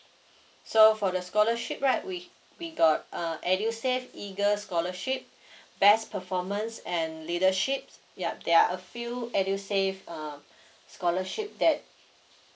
so for the scholarship right we we got uh edusave eagle scholarship best performance and leaderships yup there are a few edusave um scholarship that